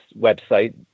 website